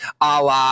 Allah